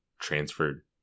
transferred